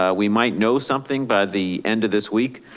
ah we might know something by the end of this week,